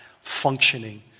functioning